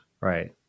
Right